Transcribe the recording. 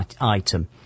item